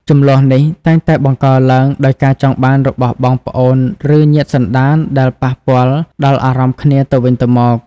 ជម្លោះនេះតែងតែបង្កឡើងដោយការចង់បានរបស់បងប្អូនឬញាតិសន្តានដែលប៉ះពាល់ដល់អារម្មណ៍គ្នាទៅវិញទៅមក។